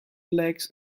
legs